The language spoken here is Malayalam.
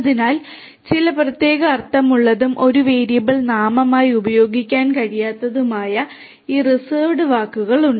അതിനാൽ ചില പ്രത്യേക അർത്ഥമുള്ളതും ഒരു വേരിയബിൾ നാമമായി ഉപയോഗിക്കാൻ കഴിയാത്തതുമായ ഈ റിസർവ്ഡ് വാക്കുകളുണ്ട്